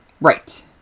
Right